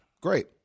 Great